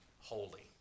holy